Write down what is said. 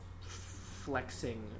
flexing